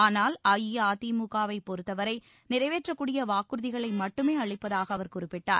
ஆனால் அஇஅதிமுகவைப் பொறுத்தவரை நிறைவேற்றக்கூடிய வாக்குறதிகளை மட்டுமே அளிப்பதாக அவர் குறிப்பிட்டார்